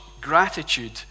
gratitude